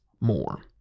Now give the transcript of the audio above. more